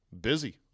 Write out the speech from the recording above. Busy